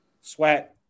SWAT